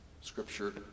Scripture